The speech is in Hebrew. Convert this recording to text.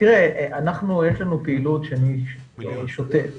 יש לנו פעילות שאני שותף.